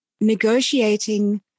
Negotiating